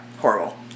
horrible